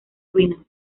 ruinas